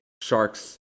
Sharks